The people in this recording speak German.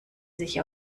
sich